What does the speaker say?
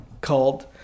called